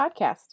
podcast